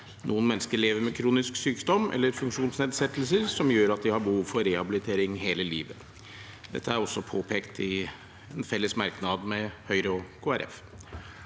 Noen mennesker lever med kronisk sykdom eller funksjonsnedsettelser, som gjør at de har behov for rehabilitering hele livet. Dette er også påpekt i en fellesmerknad med bl.a. Høyre